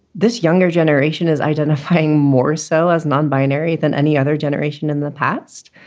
this younger generation is identifying more so as non-binary than any other generation in the past.